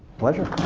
pleasure,